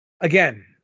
again